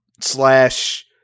slash